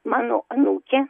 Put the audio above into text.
mano anūkė